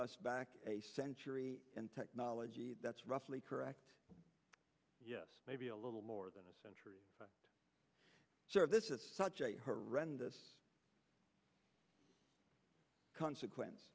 us back a century and technology that's roughly correct yes maybe a little more than a century service is such a horrendous consequence